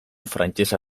frantsesa